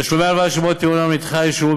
תשלומי ההלוואה שמועד פירעונם נדחה ישולמו